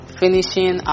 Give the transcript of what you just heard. finishing